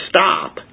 stop